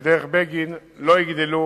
ובדרך בגין לא יגדל,